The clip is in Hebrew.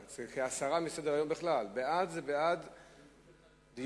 בעד, 7,